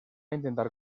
intentar